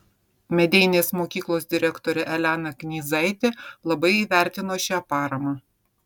medeinės mokyklos direktorė elena knyzaitė labai įvertino šią paramą